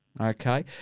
Okay